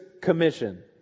Commission